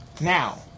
Now